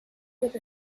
with